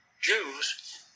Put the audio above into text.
Jews